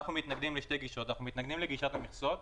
אנחנו מתנגדים לשתי גישות: אנחנו מתנגדים לגישת המכסות,